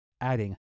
adding